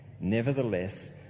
Nevertheless